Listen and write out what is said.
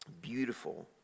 beautiful